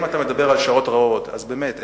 אם אתה מדבר על שעות רעות אז באמת,